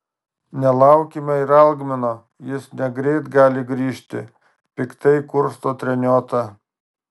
nelaukime ir algmino jis negreit gali grįžti piktai kursto treniota